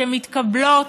שמתקבלות